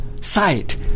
sight